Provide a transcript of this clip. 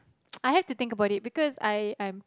I have to think about it because I I'm